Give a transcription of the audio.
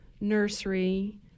nursery